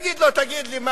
יגיד לו: תגיד לי,